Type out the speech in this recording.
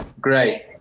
great